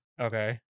Okay